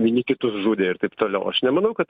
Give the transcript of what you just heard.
vieni kitus žudė ir taip toliau aš nemanau kad